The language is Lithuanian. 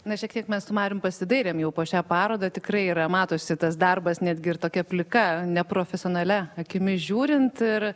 na šiek tiek mes su marium pasidairėm jau po šią parodą tikrai yra matosi tas darbas netgi ir tokia plika neprofesionalia akimi žiūrint ir